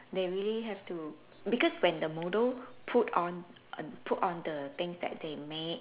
they really have to because when the model put on err put on the things that they made